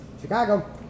Chicago